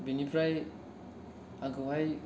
बिनिफ्राय आंखौहाय